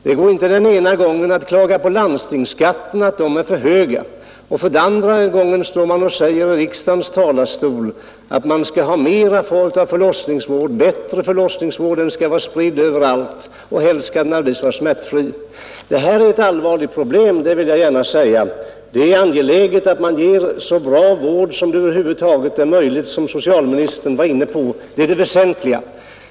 Det går inte att ena gången klaga på att landstingsskatterna är för höga och andra gången stå och säga i riksdagens talarstol att man skall ha mera av förlossningsvård, bättre förlossningsvård och att den skall vara spridd överallt och helst skall den vara alldeles smärtfri. Detta är ett allvarligt problem, det vill jag gärna säga. Det är angeläget att man ger så bra vård som det över huvud taget är möjligt, vilket socialministern var inne på. Det är det väsentliga.